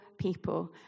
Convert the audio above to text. People